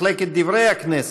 למחלקת דברי הכנסת,